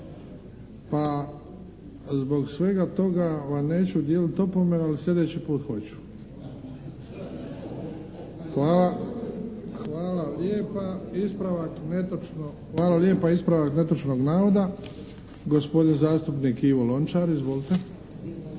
pa zbog svega toga vam neću dijeliti opomenu, ali sljedeći put hoću. Hvala lijepa. Ispravak netočnog navoda, gospodin zastupnik Ivo Lončar. Izvolite.